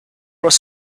was